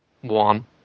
one